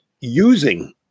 using